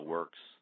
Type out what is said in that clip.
Works